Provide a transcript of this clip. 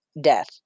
death